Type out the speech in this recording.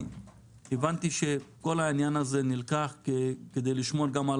הבנתי שכל העניין הזה נלקח כדי לשמור גם על